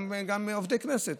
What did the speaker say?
גם עובדי כנסת